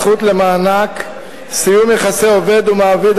(הזכות למענק סיום יחסי עובד ומעביד),